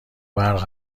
برق